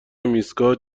ایستگاه